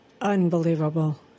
Unbelievable